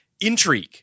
intrigue